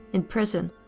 in prison,